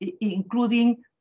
including